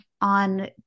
on